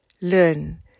learn